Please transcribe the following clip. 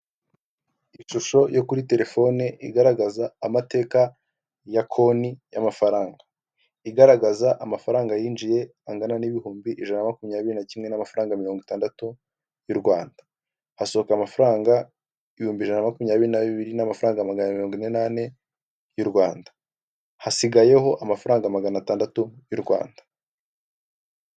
Abagore benshi n'abagabo benshi bicaye ku ntebe bari mu nama batumbiriye imbere yabo bafite amazi yo kunywa ndetse n'ibindi bintu byo kunywa imbere yabo hari amamashini ndetse hari n'indangururamajwi zibafasha kumvikana.